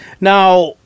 Now